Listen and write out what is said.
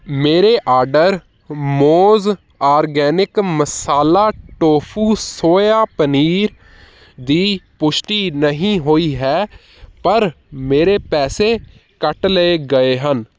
ਮੇਰੇ ਆਰਡਰ ਮੌਜ਼ organic masala tofu soy paneer ਦੀ ਪੁਸ਼ਟੀ ਨਹੀਂ ਹੋਈ ਹੈ ਪਰ ਮੇਰੇ ਪੈਸੇ ਕੱਟ ਲਏ ਗਏ ਹਨ